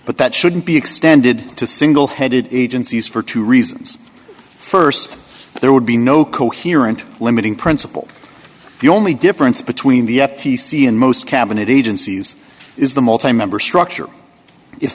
but that shouldn't be extended to single headed agencies for two reasons st there would be no coherent limiting principle the only difference between the f t c and most cabinet agencies is the multi member structure if